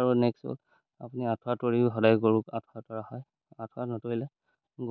আৰু নেক্সট আপুনি আঠুৱা তৰিও সদায় গৰুক আঠুৱা তৰা হয় আঠুৱা নতৰিলে